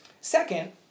Second